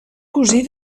cosí